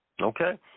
Okay